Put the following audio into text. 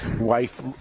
wife